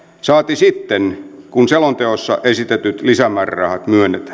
saati sitten kun selonteossa esitetyt lisämäärärahat myönnetään